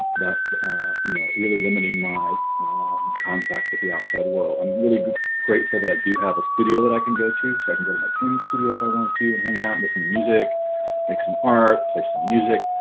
but you know really limiting my contact with the outside world i'm really grateful that i do have a studio that i can go to so i can go to my painting studio if i wanted to and hang out and listen to music make some art play some music